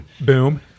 Boom